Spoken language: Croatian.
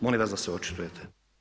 Molim vas da se očitujete.